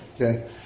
Okay